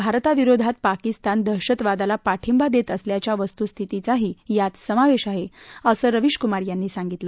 भारताविरोधात पाकिस्तान दहशतवादाला पाठिंबा देत असल्याच्या वस्तुस्थितीचाही यात समावेश आहे असं रवीश कुमार यांनी सांगितलं